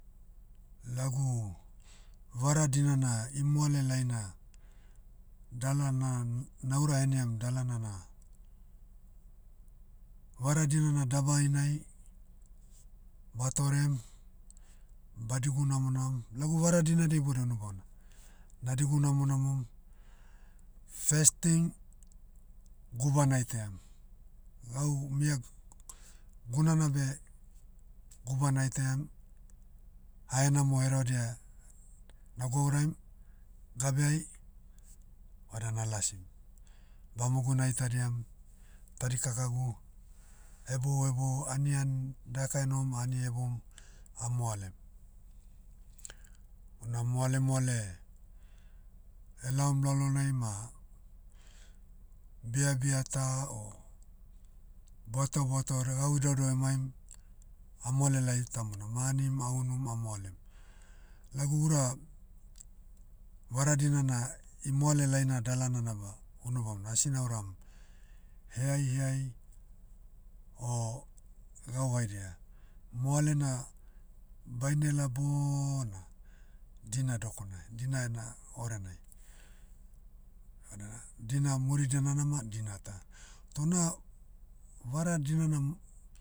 Lagu, vara dinana imoalelaina, dalana- naura heniam dalana na, vara dinana dabai nai, batorem, badigu namonam. Lagu vara dinadia iboudai unu baona. Na digu namonamom, first thing, guba naitaiam. Gau mia, gunana beh, guba naitaiam, hahenamo herevadia, nagouraim, gabeai, vada nalasim. Bamogu naitadiam, tadikakagu, hebou hebou anian, daka enohom ani heboum, amoalem. Una moale moale, elaom lalonai ma, biabia ta o, buatau buatau vada gau idaudau emaim, amoale lai tamonam. A'anim a'unum a'moalem. Lagu ura, vara dinana imoale laina dalana nama, unu bamona asi nauram, heai heai, o, gau haidia. Moale na, bainela bona, dina dokona, dina ena orenai. Vada, dina muridia nanama dina ta. Toh na, vara dinana,